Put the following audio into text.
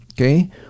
Okay